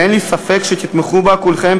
ואין לי ספק שתתמכו בו כולכם,